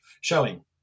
showing